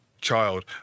child